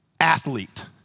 athlete